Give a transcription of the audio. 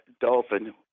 dolphin